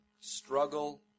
struggle